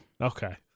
Okay